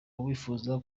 wifuza